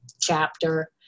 chapter